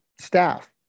staff